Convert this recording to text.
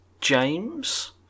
James